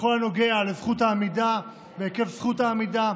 בכל הנוגע לזכות העמידה והיקף זכות העמידה,